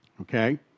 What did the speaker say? Okay